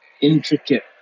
intricate